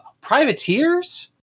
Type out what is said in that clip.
privateers